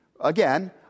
again